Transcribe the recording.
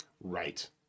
Right